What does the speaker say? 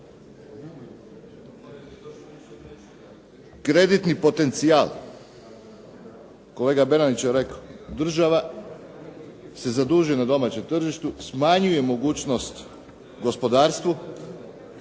Kreditni potencijal. Kolega Bernardić je rekao, država se zaduži na domaćem tržištu, smanjuje mogućnost gospodarstvu.